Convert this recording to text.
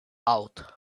out